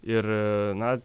ir na